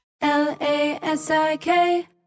L-A-S-I-K